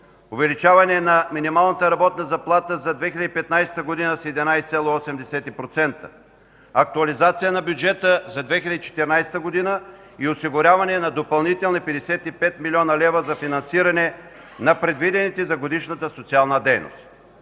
увеличаване на минималната работна заплата за 2015 г. с 11,8%; актуализация на бюджета за 2014 г. и осигуряване на допълнителни 55 млн. лв. за финансиране на предвидените за годишна социална дейност;